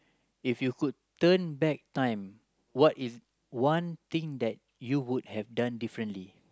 if you could turn back time what is one thing that you would have done differently